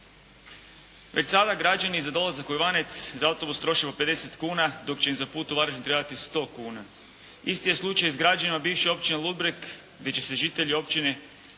Već sada građani za dolazak u Ivanec za autobus troše 50 kuna dok će im za put u Varaždin trebati 100 kuna. Isti je slučaj s građanima bivše općine Ludbreg gdje će se žitelji općine